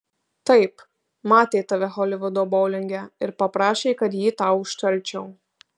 taip matė tave holivudo boulinge ir paprašė kad jį tau užtarčiau